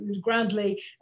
grandly